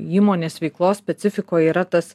įmonės veiklos specifikoj yra tas